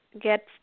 get